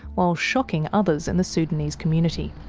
while shocking others in the sudanese community.